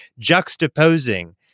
juxtaposing